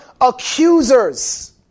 accusers